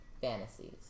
Fantasies